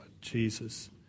Jesus